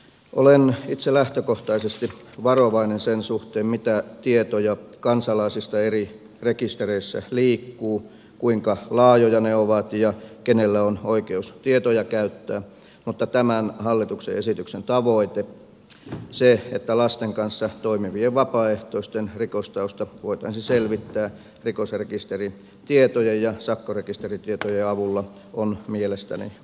olen itse lähtökohtaisesti varovainen sen suhteen mitä tietoja kansalaisista eri rekistereissä liikkuu kuinka laajoja ne ovat ja kenellä on oikeus tietoja käyttää mutta tämän hallituksen esityksen tavoite se että lasten kanssa toimivien vapaaehtoisten rikostausta voitaisiin selvittää rikosrekisteritietojen ja sakkorekisteritietojen avulla on mielestäni oikea